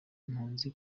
impunzi